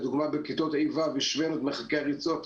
לדוגמא, בכיתות ה'-ו' השווינו את מרחקי הריצות.